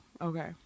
okay